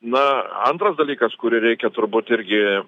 na antras dalykas kurį reikia turbūt irgi